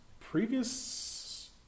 previous